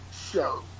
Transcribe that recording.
Show